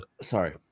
sorry